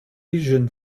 asian